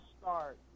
start